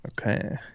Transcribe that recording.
okay